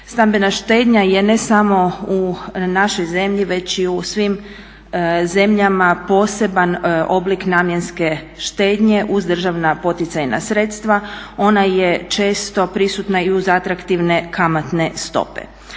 Stambena štednja je ne samo u našoj zemlji već i u svim zemljama poseban oblik namjenske štednje uz državna poticajna sredstva. Ona je često prisutna i uz atraktivne kamatne stope.